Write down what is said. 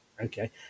Okay